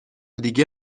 دیگه